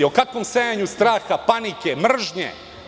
O kakvom sejanju straha, panike, mržnje?